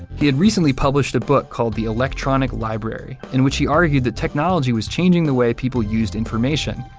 he had recently published a book called the electronic library, in which he argued that technology was changing the way people used information,